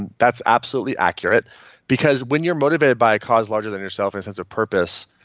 and that's absolutely accurate because when you're motivated by a cause larger than yourself and sense of purpose,